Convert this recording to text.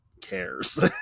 cares